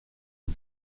are